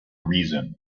reason